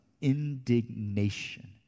indignation